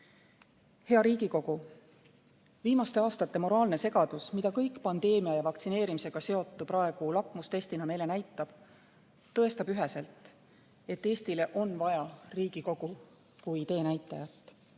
Hea Riigikogu! Viimaste aastate moraalne segadus, mida kõik pandeemia ja vaktsineerimisega seotu praegu lakmustestina meile näitab, tõestab üheselt, et Eestile on vaja Riigikogu kui teenäitajat.